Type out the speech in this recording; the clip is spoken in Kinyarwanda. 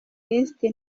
lisiti